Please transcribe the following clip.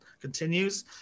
continues